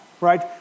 right